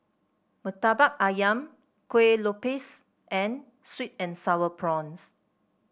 Murtabak ayam Kueh Lopes and sweet and sour prawns